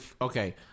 okay